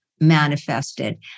manifested